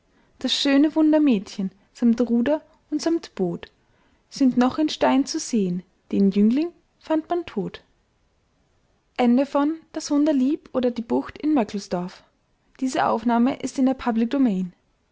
das schöne wundermädchen samt ruder und samt boot sind noch in stein zu sehen den jüngling fand man tot rhoswita's bild in